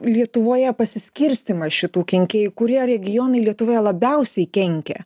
lietuvoje pasiskirstymą šitų kenkėjų kurie regionai lietuvoje labiausiai kenkia